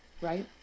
right